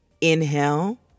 Inhale